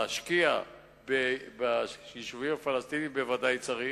להשקיע ביישובים הפלסטיניים בוודאי צריך,